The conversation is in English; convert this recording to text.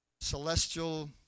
celestial